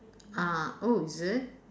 uh oh is it